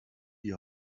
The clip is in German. die